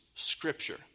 scripture